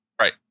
right